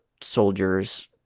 soldiers